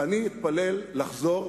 ואני אתפלל לחזור,